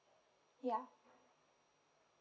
ya